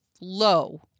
low